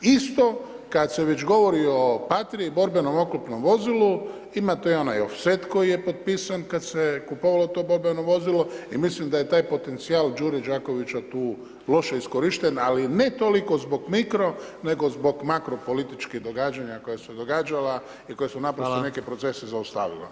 Isto kad se već govori o Patriji, borbenom oklopnom vozilu, imate i onaj ofset koji je potpisan kad kupovalo to borbeno vozilo i mislim da je taj potencijal Đure Đakovića tu loše iskorišten, ali ne toliko zbog mikro nego zbog makro političkih događanja koja su se događala i koja su naprosto neke procese zaustavila.